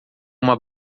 uma